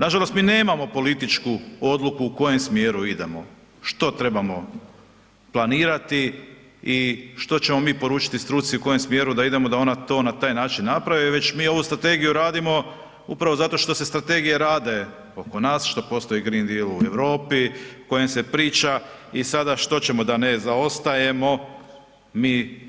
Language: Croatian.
Nažalost, mi nemamo političku odluku u kojem smjeru idemo, što trebamo planirati i što ćemo mi poručiti struci u kojem smjeru da idemo da ona to na taj način napravi, već mi ovu strategiju radimo upravo zato što se strategije rade oko nas, što postoji Green Deal u Europi o kojem se priča i sada što ćemo da ne zaostajemo mi